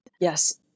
Yes